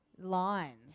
Lines